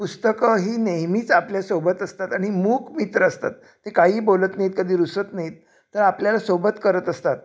पुस्तकं ही नेहमीच आपल्यासोबत असतात आणि मूक मित्र असतात ते काही बोलत नाहीत कधी रुसत नाहीत तर आपल्याला सोबत करत असतात